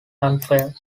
unfair